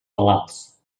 malalts